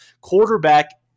Quarterback